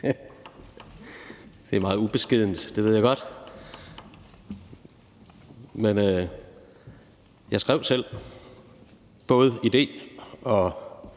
Det er meget ubeskedent; det ved jeg godt, men jeg skrev selv både idé og